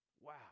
Wow